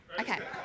Okay